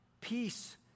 peace